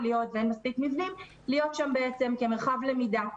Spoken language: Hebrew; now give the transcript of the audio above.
להיות ואין מספיק מבנים להיות שם בעצם כמרחב למידה,